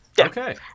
Okay